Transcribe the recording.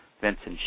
Vincent